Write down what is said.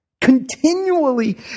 Continually